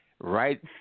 Right